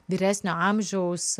vyresnio amžiaus